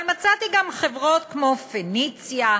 אבל מצאתי גם חברות כמו "פניציה",